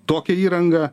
tokią įrangą